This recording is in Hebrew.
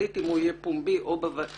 נחליט אם הוא יהיה פומבי או בוועדת